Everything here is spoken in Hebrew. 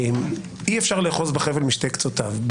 אי אפשר לאחוז בחבל משני קצותיו.